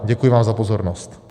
Děkuji vám za pozornost.